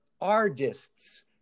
artists